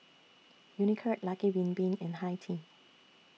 Unicurd Lucky Bin Bin and Hi Tea